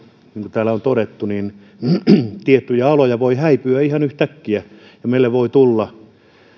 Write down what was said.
täällä on todettu tiettyjä aloja voi häipyä ihan yhtäkkiä ja meille voi tulla